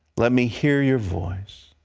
let me hear your voice.